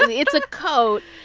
it's a coat.